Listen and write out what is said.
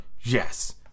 Yes